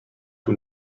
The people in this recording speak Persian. طول